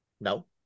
No